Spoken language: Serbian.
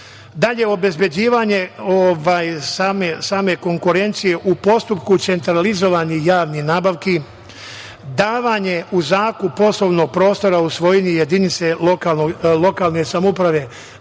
dalje, obezbeđivanje same konkurencije u postupku centralizovanih javnih nabavki, davanje u zakup poslovnog prostora u svojini jedinice lokalne samouprave. Da